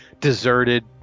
deserted